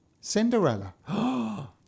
Cinderella